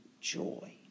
joy